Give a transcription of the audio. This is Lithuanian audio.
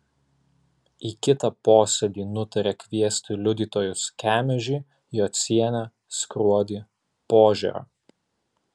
į kitą posėdį nutarė kviesti liudytojus kemežį jocienę skruodį požėrą